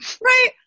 Right